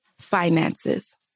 finances